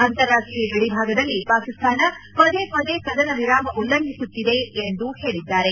ಅಂತಾರಾಷ್ಷೀಯ ಗಡಿಭಾಗದಲ್ಲಿ ಪಾಕಿಸ್ತಾನ ಪದೇ ಪದೇ ಕದನ ವಿರಾಮ ಉಲ್ಲಂಘಿಸುತ್ತಿದೆ ಎಂದು ಹೇಳಿದ್ದಾರೆ